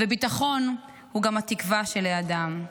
ביטחון הוא גם התקווה של האדם.